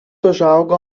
užaugo